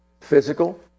Physical